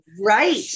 right